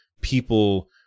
people